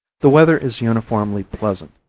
the weather is uniformly pleasant,